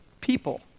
people